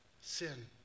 sin